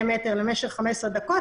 למשך 15 דקות,